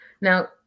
Now